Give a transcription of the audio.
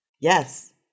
Yes